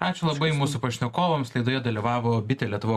ačiū labai mūsų pašnekovams laidoje dalyvavo bitė lietuva